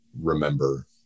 remember